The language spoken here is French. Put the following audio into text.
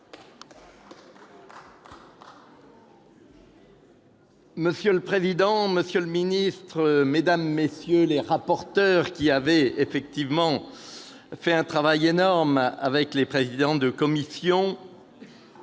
Monsieur le président, monsieur le ministre, madame, messieurs les rapporteurs, vous qui avez fait un travail énorme avec les présidents de commission,